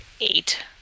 eight